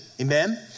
amen